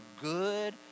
good